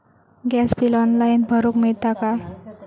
Gas bill online भरुक मिळता काय?